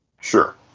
Sure